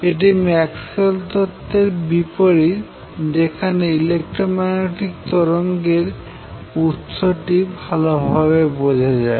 এটি ম্যাক্সওয়েল তত্ত্বের বিপরীত যেখানে ইলেক্ট্রোম্যাগনেটিক তরঙ্গের উৎসটি ভালোভাবে বোঝা যায়